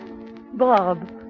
Bob